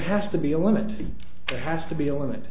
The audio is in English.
has to be a limit to what has to be a limit